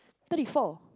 thirty four